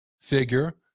figure